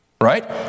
right